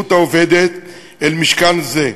ההתיישבות העובדת אל משכן זה,